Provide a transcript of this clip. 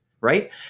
Right